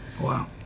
Wow